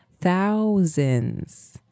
thousands